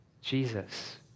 Jesus